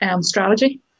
strategy